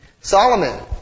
Solomon